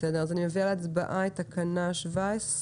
אני מביאה להצבעה את תקנה 17,